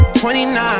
29